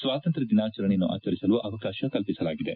ಸ್ವಾತಂತ್ರ್ಯ ದಿನಾಚರಣೆಯನ್ನು ಆಚರಿಸಲು ಅವಕಾಶ ಕಲ್ಪಿಸಲಾಗಿದೆ